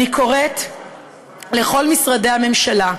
אני קוראת לכל משרדי הממשלה,